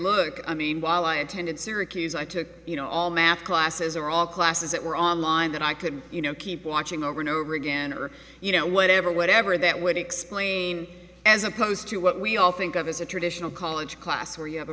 look i mean while i attended syracuse i took you know all math classes or all classes that were online that i could you know keep watching over and over again or you know whatever whatever that would explain as opposed to what we all think of as a traditional college class where you have a